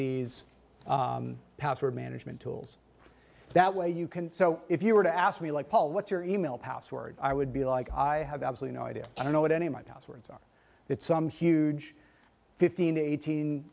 these password management tools that way you can so if you were to ask me like paul what your email password i would be like i have absolutely no idea i don't know what any of my passwords that some huge fifteen eighteen